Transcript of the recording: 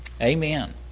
Amen